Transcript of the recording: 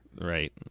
Right